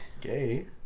gay